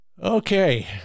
okay